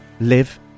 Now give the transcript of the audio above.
live